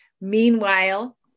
Meanwhile